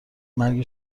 مرگ